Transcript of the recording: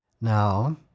Now